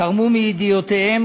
תרמו מידיעותיהם,